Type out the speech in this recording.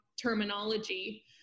terminology